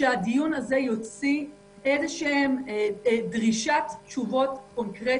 שהדיון הזה יוצא דרישת תשובות קונקרטיות,